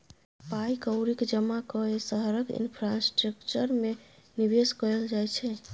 पाइ कौड़ीक जमा कए शहरक इंफ्रास्ट्रक्चर मे निबेश कयल जाइ छै